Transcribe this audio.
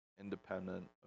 independent